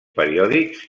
periòdics